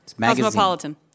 Cosmopolitan